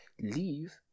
leave